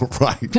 Right